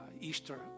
Easter